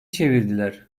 çevirdiler